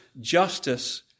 justice